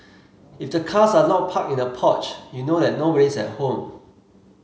if the cars are not parked in the porch you know that nobody's at home